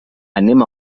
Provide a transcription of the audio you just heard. anem